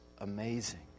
amazing